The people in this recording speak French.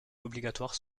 obligatoires